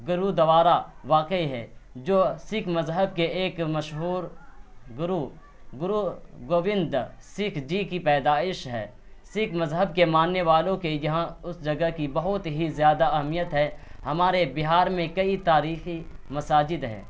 گرودوارا واقع ہے جو سکھ مذہب کے ایک مشہور گرو گرو گوبند سنگھ جی کی پیدائش ہے سکھ مذہب کے ماننے والوں کے یہاں اس جگہ کی بہت ہی زیادہ اہمیت ہے ہمارے بہار میں کئی تاریخی مساجد ہے